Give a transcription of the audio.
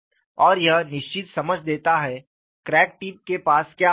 और यह निश्चित समझ देता है क्रैक टिप के पास क्या होता है